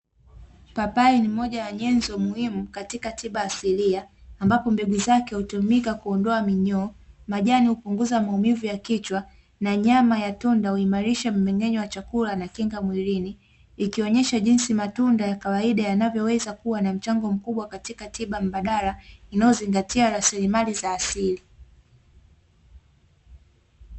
Papai ni moja ya nyenzo muhimu katika tiba asilia, ambapo mbegu zake hutumika kuondoa minyoo, majani hupunguza maumivu ya kichwa, na nyama ya tunda huimarisha mmeng'enyo wa chakula na kinga mwilini, ikionyesha jinsi matunda ya kawaida yanavyoweza kuwa na mchango mkubwa, katika tiba mbadala inayozingatia rasilimali za asili.